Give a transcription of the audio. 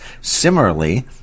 Similarly